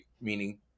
meaning